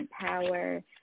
power